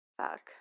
Fuck